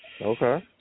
Okay